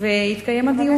ויתקיים הדיון.